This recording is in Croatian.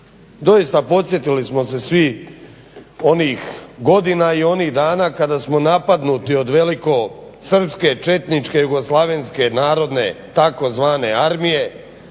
Doista podsjetili smo se svih onih godina i onih dana kada smo napadnuti od velikosrpske četničke jugoslavenske narodne tzv. armije,